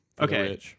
Okay